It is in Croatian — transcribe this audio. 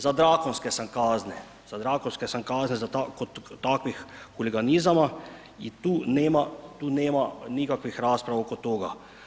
Za drakonske sam kazne, za drakonske sam kazne kod takvih huliganizama i tu nema nikakvih rasprava oko toga.